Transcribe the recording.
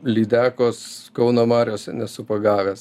lydekos kauno mariose nesu pagavęs